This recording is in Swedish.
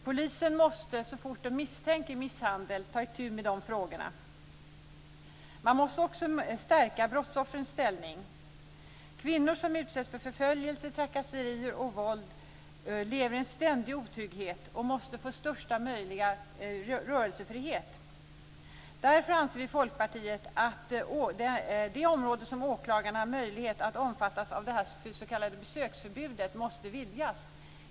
Polisen måste så fort misshandel misstänks ta itu med de frågorna. Man måste också stärka brottsoffrens ställning. Kvinnor som utsätts för förföljelse, trakasserier och våld lever i ständig otrygghet och måste få största möjliga rörelsefrihet. Därför anser vi i Folkpartiet att det område som åklagaren har möjlighet att låta omfattas av det s.k. besöksförbudet måste vidgas.